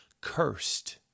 Cursed